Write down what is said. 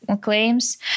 claims